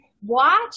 watch